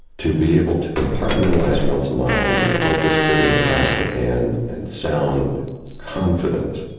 to be able to compartmentalize one's mind and focus clearly on the task at hand and sound confident.